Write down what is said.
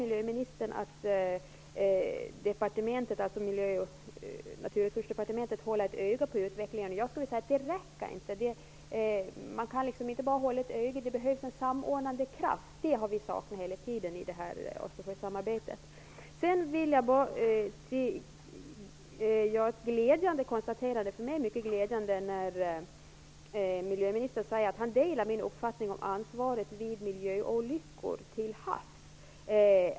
Miljöministern sade att Miljö och naturresursdepartementet håller ett öga på utvecklingen. Men jag skulle vilja säga att det inte räcker. Det behövs också en samordnande kraft, och en sådan har vi hela tiden saknat i fråga om För mig var det mycket glädjande att höra miljöministern säga att han delar min uppfattning om ansvaret vid miljöolyckor till havs.